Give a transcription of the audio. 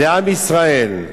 לעם ישראל.